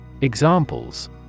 Examples